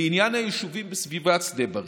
לעניין היישובים בסביבת שדה בריר: